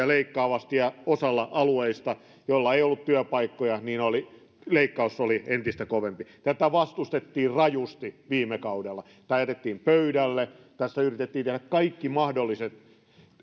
leikkaavasti ja osalla alueista joilla ei ollut työpaikkoja leikkaus oli entistä kovempi tätä vastustettiin rajusti viime kaudella tämä jätettiin pöydälle tässä yritettiin tehdä kaikki mahdollinen